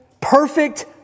perfect